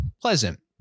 Pleasant